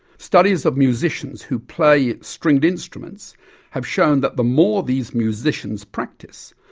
studies of musicians who play stringed instruments have shown that the more these musicians practice,